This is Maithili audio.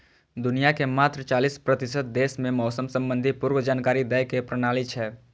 दुनिया के मात्र चालीस प्रतिशत देश मे मौसम संबंधी पूर्व जानकारी दै के प्रणाली छै